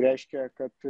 reiškia kad